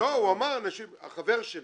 הוא אמר, אבל